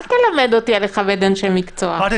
אל תלמד אותי על לכבד אנשי מקצוע.